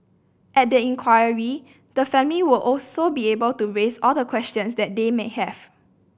at the inquiry the family will also be able to raise all questions that they may have